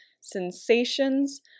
sensations